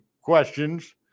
questions